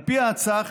על פי ההצעה,